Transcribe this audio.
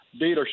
dealership